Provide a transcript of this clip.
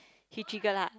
he trigger lah